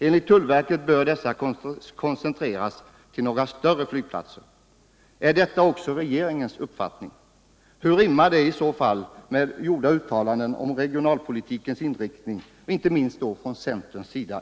Enligt tullverket bör dessa koncentreras till några större flygplatser. Är detta också regeringens uppfattning? Hur rimmar det i så fall med gjorda uttalanden om regionalpolitikens inriktning, inte minst från centerns sida?